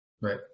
Right